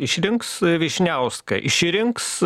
išrinks vyšniauską išrinks